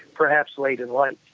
perhaps late in life